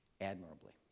admirably